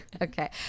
Okay